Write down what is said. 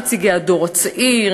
נציגי הדור הצעיר,